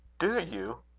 do you?